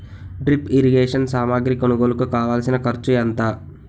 drip irrigation సామాగ్రి కొనుగోలుకు కావాల్సిన ఖర్చు ఎంత